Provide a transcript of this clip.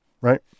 right